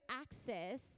access